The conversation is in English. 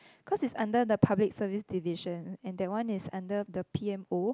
cause it's under the public service division and that one is under the p_m_o